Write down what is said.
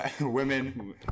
Women